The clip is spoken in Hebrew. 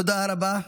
תודה רבה.